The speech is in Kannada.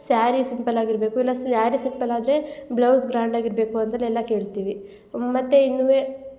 ಸ್ಯಾರಿ ಸಿಂಪಲ್ಲಾಗಿ ಇರಬೇಕು ಇಲ್ಲ ಸ್ಯಾರಿ ಸಿಂಪಲ್ ಆದರೆ ಬ್ಲೌಸ್ ಗ್ರ್ಯಾಂಡಾಗಿ ಇರಬೇಕು ಅಂತಲೆಲ್ಲ ಕೇಳ್ತೀವಿ ಮತ್ತು ಇನ್ನುವೆ